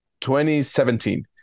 2017